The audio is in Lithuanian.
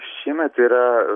šiemet yra